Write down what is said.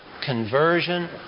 Conversion